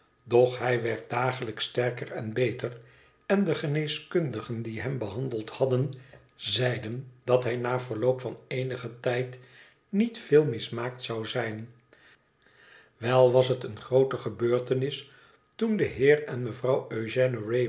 doch hij werd dagelijks sterker en beter en de geneeskundigen die hem behandeld hadden zeiden dat hij na verloop van eenigen djd niet veel mismaakt zou zijn wel was het eene grootegebeurtenb toen de heer en mevrouw